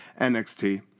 NXT